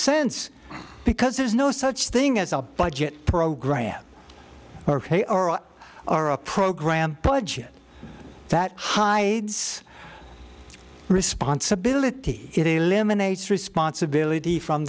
since because there's no such thing as a budget program ok or are a program budget that hides responsibility it eliminates responsibility from